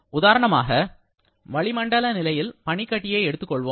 உதாரணமாக வளிமண்டல நிலையில் பனிக்கட்டியை எடுத்துக்கொள்வோம்